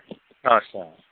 आच्चा